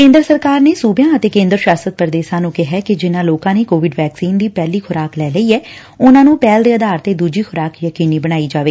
ਕੇਂਦਰ ਸਰਕਾਰ ਨੇ ਸੁਬਿਆਂ ਤੇ ਕੇਂਦਰ ਸ਼ਾਸਤ ਪ੍ਰਦੇਸ਼ਾਂ ਨੂੰ ਕਿਹੈ ਕਿ ਜਿਨੂਾਂ ਲੋਕਾਂ ਨੇ ਕੋਵਿਡ ਵੈਕਸੀਨ ਦੀ ਪਹਿਲੀ ਖੁਰਾਕ ਲੈ ਲਈ ਐ ਉਨੂਾ ਨੂੰ ਪਹਿਲ ਦੇ ਆਧਾਰ ਤੇ ਦੁਜੀ ਖੁਰਾਕ ਯਕੀਨੀ ਬਣਾਈ ਜਾਵੇ